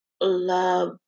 love